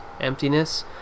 emptiness